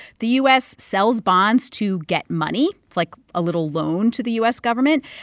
the u s. sells bonds to get money. it's like a little loan to the u s. government.